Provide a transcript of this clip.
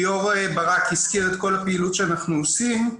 ליאור ברק הזכיר את כל הפעילות שאנחנו עושים,